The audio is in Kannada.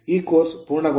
ಈ ಕೋರ್ಸ್ ಪೂರ್ಣಗೊಂಡಿದೆ